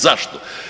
Zašto?